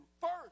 first